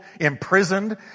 imprisoned